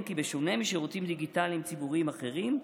כי בשונה משירותים דיגיטליים ציבוריים אחרים,